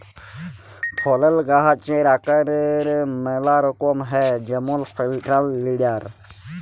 ফলের গাহাচের আকারের ম্যালা রকম হ্যয় যেমল সেলট্রাল লিডার